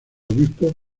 obispo